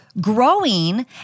growing